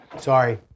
Sorry